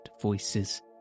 voices